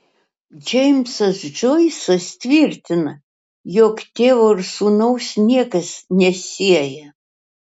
džeimsas džoisas tvirtina jog tėvo ir sūnaus niekas nesieja